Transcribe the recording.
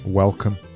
welcome